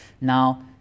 Now